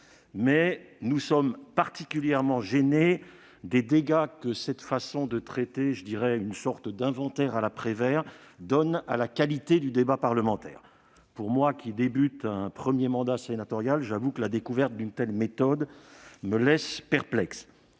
mais nous sommes particulièrement gênés par les dégâts que cette façon de traiter une sorte d'inventaire à la Prévert donne à la qualité du débat parlementaire. Pour moi qui entame un premier mandat sénatorial, j'avoue que la découverte d'une telle méthode me laisse perplexe.